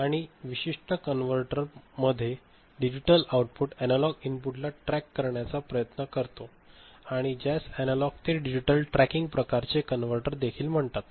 आणि या विशिष्ट कन्व्हर्टरमध्ये डिजिटल आउटपुट एनालॉग इनपुट ला ट्रॅक करण्याचा प्रयत्न करतो आणि ज्यास एनालॉग ते डिजिटल ट्रॅकिंग प्रकारचे कनव्हर्टर देखील म्हणतात